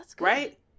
Right